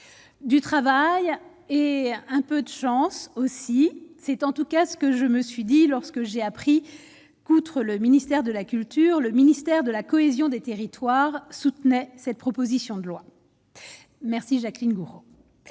Du travail et un peu d'sens aussi, c'est en tout cas ce que je me suis dit lorsque j'ai appris qu'outre le ministère de la culture, le ministère de la cohésion des territoires soutenait cette proposition de loi merci Jacqueline Gourault